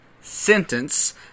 sentence